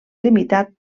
limitat